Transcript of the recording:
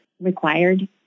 required